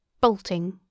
bolting